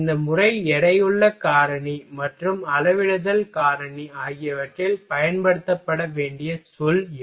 இந்த முறை எடையுள்ள காரணி மற்றும் அளவிடுதல் காரணி ஆகியவற்றில் பயன்படுத்தப்பட வேண்டிய சொல் இவை